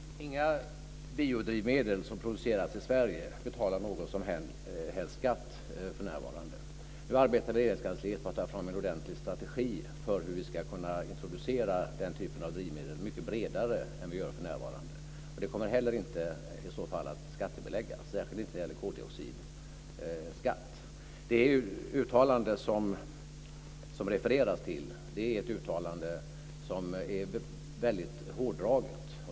Fru talman! Inga biodrivmedel som produceras i Sverige betalar man någon som helst skatt för för närvarande. Nu arbetar Regeringskansliet på att ta fram en ordentlig strategi för hur vi ska kunna introducera den typen av drivmedel mycket bredare än vi gör för närvarande. De kommer i så fall inte heller att skattebeläggas, särskilt inte när det gäller koldioxidskatt. Det uttalande som det refereras till är mycket hårdraget.